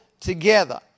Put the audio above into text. together